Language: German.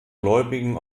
gläubigen